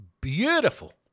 beautiful